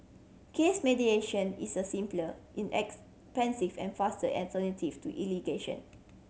case mediation is a simpler inexpensive and faster alternative to litigation